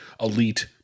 elite